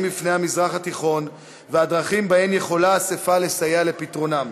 בפני המזרח התיכון והדרכים שבהן יכולה האספה לסייע לפתרונם.